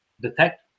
detect